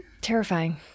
Terrifying